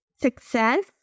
success